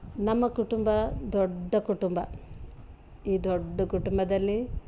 ನಮ್ಮ ಕುಟುಂಬ ದೊಡ್ಡ ಕುಟುಂಬ ಈ ದೊಡ್ಡ ಕುಟುಂಬದಲ್ಲಿ